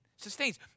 Sustains